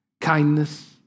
kindness